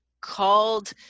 called